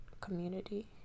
community